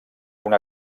una